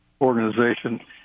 organization